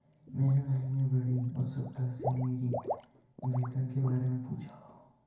मेरे भाई ने बड़ी उत्सुकता से मेरी वेतन के बारे मे पूछा